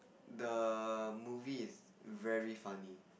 the movie is very funny